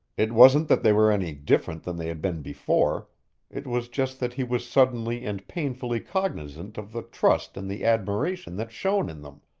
it wasn't that they were any different than they had been before it was just that he was suddenly and painfully cognizant of the trust and the admiration that shone in them.